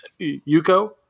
yuko